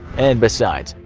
and besides,